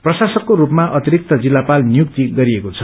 प्रशासकको रूपमा अतिरिक्त जिल्लापाल नियुक्ति गरिएको छ